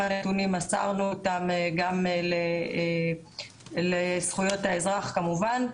מסרנו גם את הנתונים לזכויות האזרח כמובן.